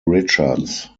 richards